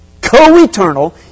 co-eternal